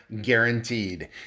guaranteed